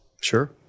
Sure